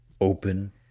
open